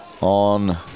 on